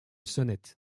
sonnette